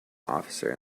officer